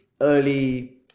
early